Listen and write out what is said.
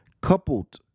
coupled